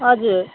हजुर